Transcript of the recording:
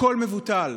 הכול מבוטל.